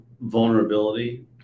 vulnerability